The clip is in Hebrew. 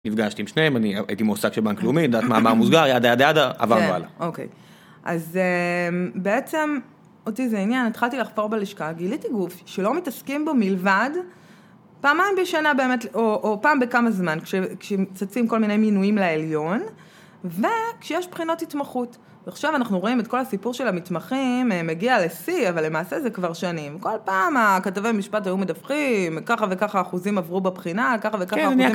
נפגשתי עם שניהם, אני הייתי מועסק של בנק לאומי, דעת מאמר מוסגר, ידה ידה ידה, עברנו הלאה. אוקיי. אז בעצם, אותי זה עניין, התחלתי לחפור בלשכה, גיליתי גוף שלא מתעסקים בו מלבד פעמיים בשנה באמת, או פעם בכמה זמן, כשצצים כל מיני מינויים לעליון, וכשיש בחינות התמחות. עכשיו אנחנו רואים את כל הסיפור של המתמחים, מגיע לשיא, אבל למעשה זה כבר שנים. כל פעם הכתבי המשפט היו מדווחים, ככה וככה אחוזים עברו בבחינה, ככה וככה אחוזים עברו